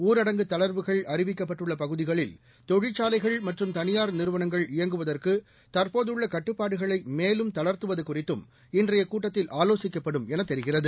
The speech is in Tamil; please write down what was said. ஊரடங்கு தளர்வுகள் அறிவிக்கப்பட்டுள்ள பகுதிகளில் தொழிற்சாலைகள் மற்றும் தனியார் நிறுவனங்கள் இயங்குவதற்கு தற்போதுள்ள கட்டுப்பாடுகளை மேலும் தளர்த்துவது குறித்தும் இன்றைய கூட்டத்தில் ஆலோசிக்கப்படும் எனத் தெரிகிறது